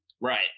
Right